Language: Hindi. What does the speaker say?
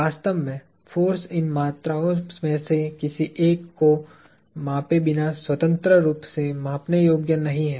वास्तव में फोर्स इन मात्राओं में से किसी एक को मापे बिना स्वतंत्र रूप से मापने योग्य नहीं है